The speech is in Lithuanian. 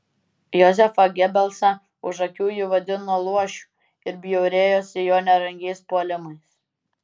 jozefą gebelsą už akių ji vadino luošiu ir bjaurėjosi jo nerangiais puolimais